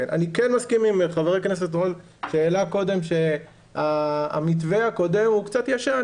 אני כן מסכים עם חבר הכנסת רול שהמתווה הקודם הוא קצת ישן,